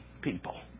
people